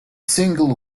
single